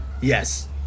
Yes